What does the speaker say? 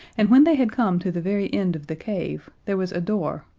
and when they had come to the very end of the cave there was a door,